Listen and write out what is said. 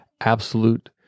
absolute